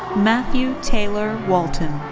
matthew taylor walton.